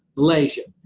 malaysia,